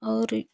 और